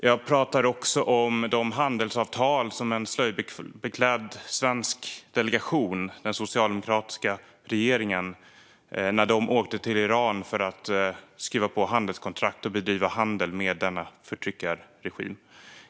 Jag pratar också om när en slöjbeklädd svensk delegation från den socialdemokratiska regeringen åkte till Iran för att skriva på handelsavtal och bedriva handel med denna förtryckarregim.